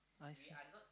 I see